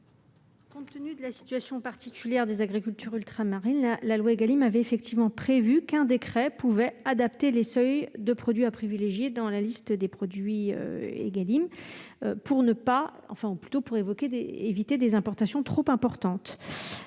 Compte tenu de la situation particulière des agricultures ultramarines, la loi Égalim avait effectivement prévu qu'un décret puisse adapter les seuils de produits à privilégier dans la liste, afin d'éviter des importations trop importantes.